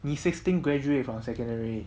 你 sixteen graduate from secondary